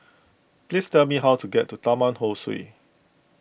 please tell me how to get to Taman Ho Swee